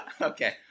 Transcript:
Okay